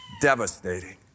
devastating